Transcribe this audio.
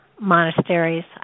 monasteries